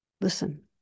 listen